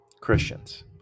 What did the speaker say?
Christians